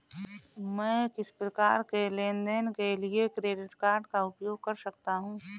मैं किस प्रकार के लेनदेन के लिए क्रेडिट कार्ड का उपयोग कर सकता हूं?